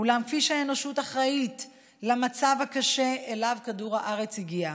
אולם כפי שהאנושות אחראית למצב הקשה שאליו כדור הארץ הגיע,